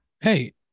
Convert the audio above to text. Hey